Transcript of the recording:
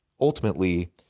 Ultimately